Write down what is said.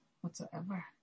whatsoever